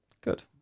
Good